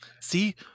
See